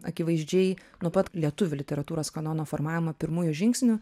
akivaizdžiai nuo pat lietuvių literatūros kanono formavimo pirmųjų žingsnių